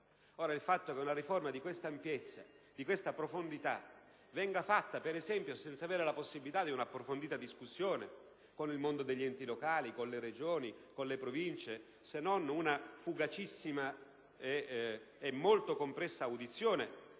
Ora, il fatto che una riforma di questa ampiezza e di questa profondità venga attuata senza avere la possibilità di svolgere, per esempio, un'approfondita discussione con il mondo degli enti locali, con le Regioni, con le Province, se non in una fugacissima e molto compressa audizione,